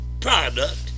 product